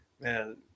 man